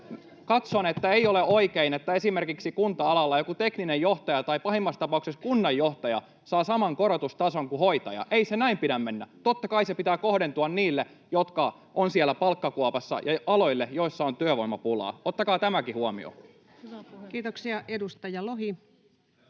Katson, että ei ole oikein, että esimerkiksi kunta-alalla joku tekninen johtaja tai pahimmassa tapauksessa kunnanjohtaja saa saman korotustason kuin hoitaja. Ei sen näin pidä mennä. Totta kai sen pitää kohdentua niille, jotka ovat siellä palkkakuopassa, ja aloille, joilla on työvoimapulaa. Ottakaa tämäkin huomioon. [Suna